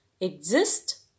exist